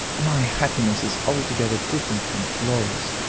my happiness is altogether different from flora's,